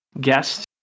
guest